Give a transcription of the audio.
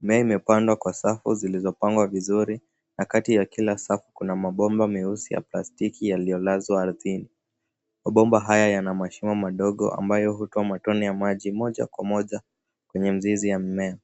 Mimea imepandwa kwa safu zilizopangwa vizuri na kati ya kila safu kuna mabomba meusi ya plastiki yaliyolazwa ardhini. Mabomba haya yanamashimo madogo ambayo hutoa matone ya maji moja kwa moja kwenye mzizi wa mmea.